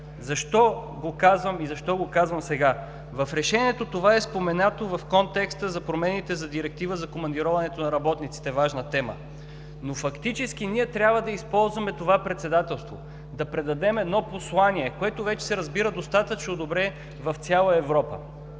Защо го казвам и защо го казвам сега? В Решението това е споменато в контекста за промените за Директива за командироването на работниците – важна тема. Но фактически ние трябва да използваме това председателство да предадем едно послание, което вече се разбира достатъчно добре в цяла Европа,